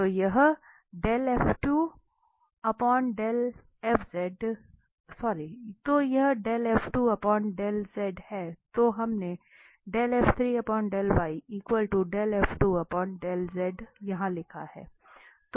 तो यह है जो हमने यहाँ लिखा है